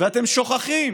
ואתם שוכחים